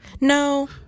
no